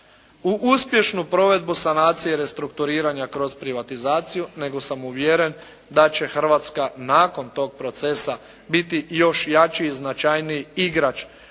u uspješnu provedbu sanacije restrukturiranja kroz privatizaciju, nego sam uvjeren da će Hrvatska nakon tog procesa biti još jači i značajniji igrač